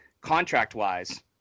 contract-wise